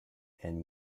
and